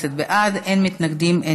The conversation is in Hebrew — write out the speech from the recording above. שבהם המשקל בין הערכים לאינטרסים,